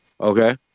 Okay